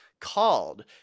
called